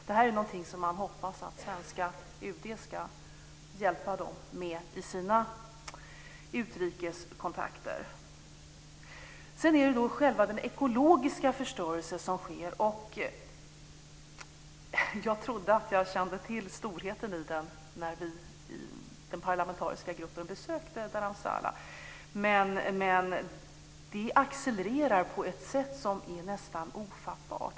Det här är något som vi hoppas att svenska UD ska hjälpa dem med i sina utrikes kontakter. Sedan är det den ekologiska förstörelsen. Jag trodde att jag kände till storheten i förstörelsen när vi i den parlamentariska gruppen besökte Dharmshala. Förstörelsen accelererar på ett sätt som är ofattbart.